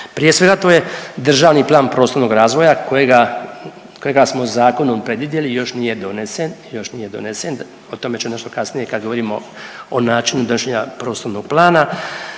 Prije svega to je državni plan prostornog razvoja kojega smo zakonom predvidjeli i još nije donesen, još nije donesen. O tome ću nešto kasnije kad govorimo o načinu donošenja prostornog plana.